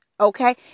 okay